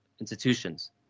institutions